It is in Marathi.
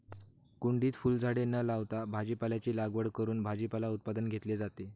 कुंडीत फुलझाडे न लावता भाजीपाल्याची लागवड करून भाजीपाला उत्पादन घेतले जाते